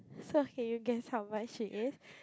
so okay you guess how much it is